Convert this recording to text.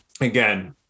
again